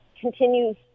continues